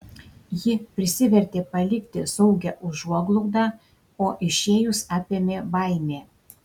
ji prisivertė palikti saugią užuoglaudą o išėjus apėmė baimė